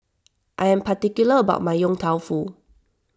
I am particular about my Yong Tau Foo